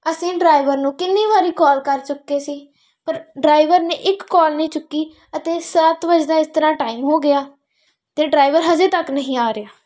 ਅਸੀਂ ਡਰਾਈਵਰ ਨੂੰ ਕਿੰਨੀ ਵਾਰੀ ਕੋਲ ਕਰ ਚੁੱਕੇ ਸੀ ਪਰ ਡਰਾਈਵਰ ਨੇ ਇੱਕ ਕੋਲ ਨਹੀਂ ਚੁੱਕੀ ਅਤੇ ਸੱਤ ਵਜੇ ਦਾ ਇਸ ਤਰਾਂ ਟਾਈਮ ਹੋ ਗਿਆ ਅਤੇ ਡਰਾਈਵਰ ਅਜੇ ਤੱਕ ਨਹੀਂ ਆ ਰਿਹਾ